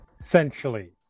Essentially